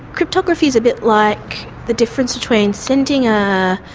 cryptography's a bit like the difference between sending a